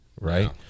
right